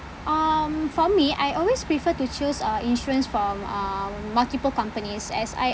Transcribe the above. um for me I always prefer to choose uh insurance from uh multiple companies as I